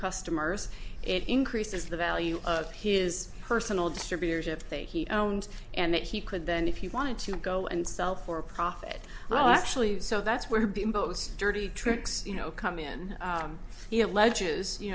customers it increases the value of his personal distributorship they he owned and that he could then if you wanted to go and sell for a profit well actually so that's where bimbos dirty tricks you know come in he alleges you